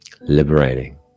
liberating